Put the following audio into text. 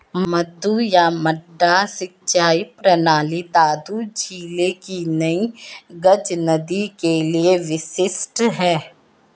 मद्दू या मड्डा सिंचाई प्रणाली दादू जिले की नई गज नदी के लिए विशिष्ट है